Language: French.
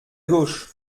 gauche